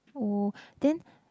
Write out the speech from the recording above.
oh then